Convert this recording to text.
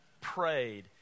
prayed